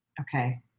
Okay